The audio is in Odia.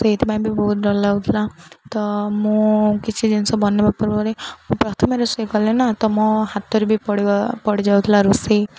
ସେଇଥିପାଇଁ ବି ବହୁତ ଡର ଲାଗୁଥିଲା ତ ମୁଁ କିଛି ଜିନିଷ ବନାଇବା ପୂର୍ବରେ ମୁଁ ପ୍ରଥମେ ରୋଷେଇ କଲି ନା ତ ମୋ ହାତରେ ବି ପଡ଼ିବା ପଡ଼ିଯାଉଥିଲା ରୋଷେଇ